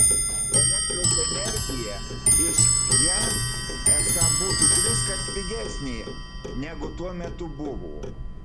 elektros energija iš he esą būtų triskart pigesnė negu tuo metu buvo